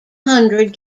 hundred